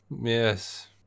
yes